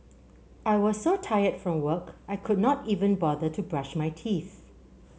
I was so tired from work I could not even bother to brush my teeth